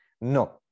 No